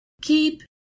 keep